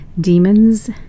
demons